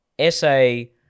essay